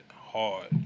hard